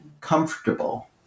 comfortable